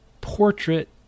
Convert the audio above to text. portrait